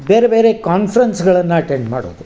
ಬೇರೆ ಬೇರೆ ಕಾನ್ಫ್ರೆನ್ಸ್ಗಳನ್ನು ಅಟೆಂಡ್ ಮಾಡೋದು